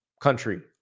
country